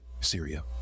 Syria